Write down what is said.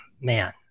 Man